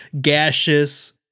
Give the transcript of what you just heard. gaseous